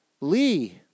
Lee